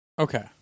Okay